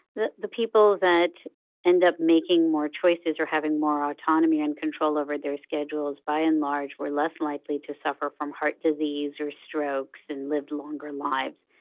the the people that end up making more choices or having more autonomy and control over their schedules by and large were less likely to suffer from heart disease or strokes and lived longer lives.